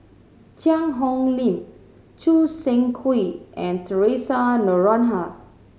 Cheang Hong Lim Choo Seng Quee and Theresa Noronha